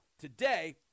today